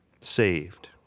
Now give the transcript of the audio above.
saved